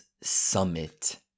summit